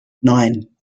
nine